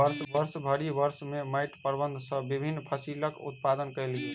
वर्षभरि वर्ष में माइट प्रबंधन सॅ विभिन्न फसिलक उत्पादन कयल गेल